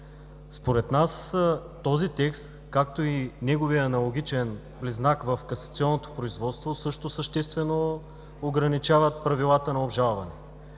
Според нас този текст, както и неговият аналогичен близнак в касационното производство, също съществено ограничават правилата на обжалване.